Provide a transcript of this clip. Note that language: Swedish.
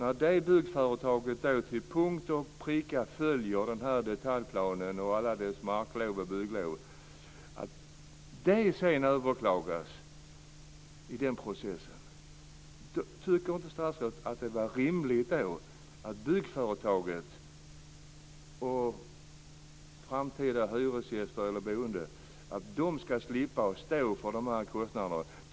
När det byggföretaget till punkt och pricka följer detaljplanen med dess marklov och bygglov överklagas beslutet. Tycker inte statsrådet att det är rimligt att byggföretaget och framtida hyresgäster eller boende skall slippa stå för kostnaderna för detta?